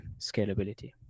scalability